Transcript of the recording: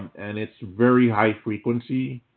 and it's very high frequency.